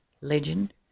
legend